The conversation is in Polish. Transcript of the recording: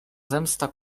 zemsta